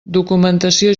documentació